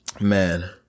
man